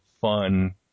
fun